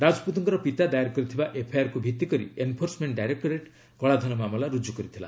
ରାଜପୁତଙ୍କ ପିତା ଦାୟର କରିଥିବା ଏଫ୍ଆଇଆର୍କୁ ଭିଭିକରି ଏନଫୋର୍ସମେଣ୍ଟ ଡାଇରେକ୍ଟୋରେଟ୍ କଳାଧନ ମାମଲା ରୁଜୁ କରିଥିଲା